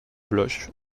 bloche